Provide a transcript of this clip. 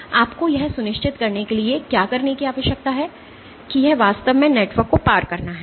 आपको यह सुनिश्चित करने के लिए क्या करने की आवश्यकता है कि यह वास्तव में नेटवर्क को पार करना है